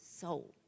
soul